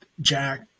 jack